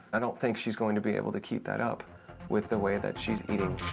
i don't think she's going to be able to keep that up with the way that she's eating.